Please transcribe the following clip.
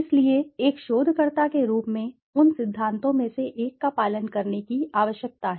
इसलिए एक शोधकर्ता के रूप में उन सिद्धांतों में से एक का पालन करने की आवश्यकता है